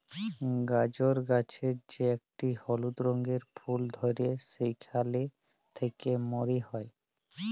গাজর গাছের যে একটি হলুদ রঙের ফুল ধ্যরে সেখালে থেক্যে মরি হ্যয়ে